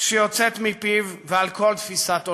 שיוצאת מפיו ועל כל תפיסת עולמו.